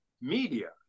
media